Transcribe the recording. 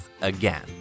again